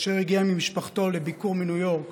אשר הגיע עם משפחתו לביקור מניו יורק